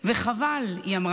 וחבל, היא אמרה.